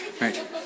Right